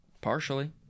Partially